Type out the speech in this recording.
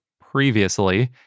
previously